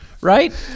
right